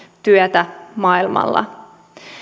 työtä maailmalla